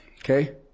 Okay